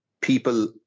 people